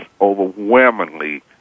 overwhelmingly